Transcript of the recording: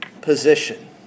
position